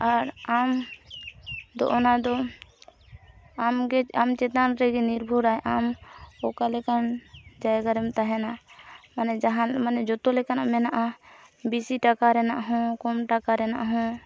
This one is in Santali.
ᱟᱨ ᱟᱢ ᱫᱚ ᱚᱱᱟᱫᱚ ᱟᱢ ᱜᱮ ᱟᱢ ᱪᱮᱛᱟᱱ ᱨᱮᱜᱮ ᱱᱤᱨᱵᱷᱚᱨᱟᱭ ᱟᱢ ᱚᱠᱟᱞᱮᱠᱟᱱ ᱡᱟᱭᱜᱟᱨᱮᱢ ᱛᱟᱦᱮᱱᱟ ᱢᱟᱱᱮ ᱡᱟᱦᱟᱱ ᱢᱟᱱᱮ ᱡᱚᱛᱚ ᱞᱮᱠᱟᱱ ᱢᱮᱱᱟᱜᱼᱟ ᱵᱮᱥᱤ ᱴᱟᱠᱟ ᱨᱮᱱᱟᱜ ᱦᱚᱸ ᱠᱚᱢᱴᱟᱠᱟ ᱨᱮᱱᱟᱜ ᱦᱚᱸ